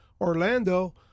Orlando